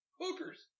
hookers